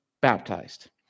baptized